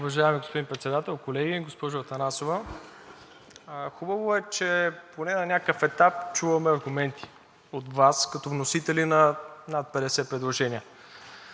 Уважаеми господин Председател, колеги! Госпожо Атанасова, хубаво е, че поне на някакъв етап чуваме аргументи от Вас като вносители на над 50 предложения,